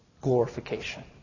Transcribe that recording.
glorification